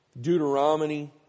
Deuteronomy